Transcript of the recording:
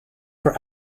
for